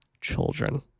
children